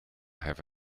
have